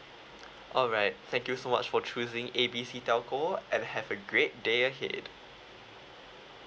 alright thank you so much for choosing A B C telco and have a great day ahead